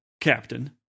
Captain